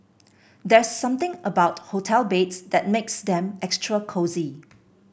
there's something about hotel beds that makes them extra cosy